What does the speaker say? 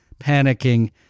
panicking